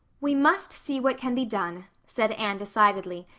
we must see what can be done, said anne decidedly,